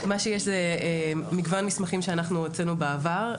מה שיש זה מגוון מסמכים שאנחנו הוצאנו בעבר,